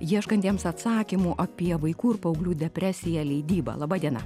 ieškantiems atsakymų apie vaikų ir paauglių depresiją leidybą laba diena